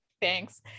Thanks